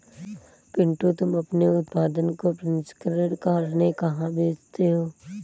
पिंटू तुम अपने उत्पादन को प्रसंस्करण करने कहां भेजते हो?